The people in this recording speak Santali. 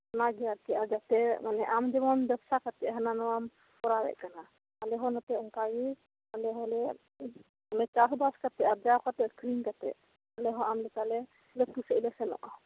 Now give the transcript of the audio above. ᱚᱱᱟᱜᱮ ᱟᱨᱠᱤ ᱟᱨ ᱡᱟᱛᱮ ᱟᱢ ᱡᱮᱢᱚᱱ ᱵᱮᱵᱥᱟ ᱠᱟᱛᱮᱜ ᱦᱟᱱᱟ ᱱᱚᱣᱟᱢ ᱠᱚᱨᱟᱣᱮᱜ ᱠᱟᱱᱟᱢ ᱟᱞᱮ ᱦᱚᱸ ᱱᱚᱛᱮ ᱚᱝᱠᱟᱜᱮ ᱟᱞᱮ ᱦᱚᱸᱞᱮ ᱪᱟᱥ ᱵᱟᱥ ᱠᱟᱛᱮᱜ ᱟᱨᱡᱟᱣ ᱠᱟᱛᱮᱜ ᱟᱠᱷᱨᱤᱧ ᱠᱟᱛᱮᱫ ᱟᱞᱮ ᱦᱚᱸ ᱟᱢ ᱞᱮᱠᱟᱞᱮ ᱞᱟᱹᱴᱩ ᱥᱮᱫ ᱞᱮ ᱥᱮᱱᱚᱜᱼᱟ